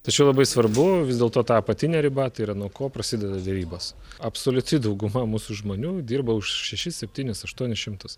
tačiau labai svarbu vis dėlto ta apatinė riba tai yra nuo ko prasideda derybos absoliuti dauguma mūsų žmonių dirba už šešis septynis aštuonis šimtus